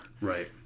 Right